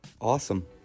Awesome